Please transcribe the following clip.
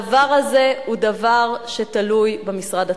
ואמר באופן ברור שהדבר הזה הוא דבר שתלוי במשרד עצמו.